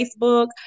Facebook